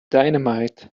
dynamite